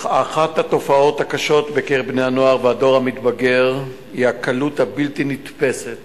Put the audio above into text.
אחת התופעות הקשות בקרב בני-הנוער והדור המתבגר היא הקלות הבלתי-נתפסת